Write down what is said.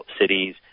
cities